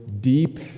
deep